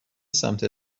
سمت